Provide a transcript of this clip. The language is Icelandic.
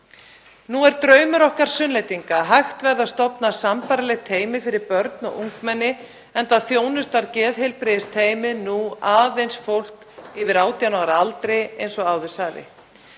Nú er draumur okkar Sunnlendinga að hægt verði að stofna sambærileg teymi fyrir börn og ungmenni, enda þjónusta geðheilbrigðisteymin nú aðeins fólk yfir 18 ára aldri eins og áður sagði.